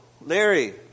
Larry